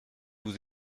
vous